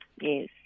Yes